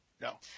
No